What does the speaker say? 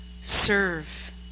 serve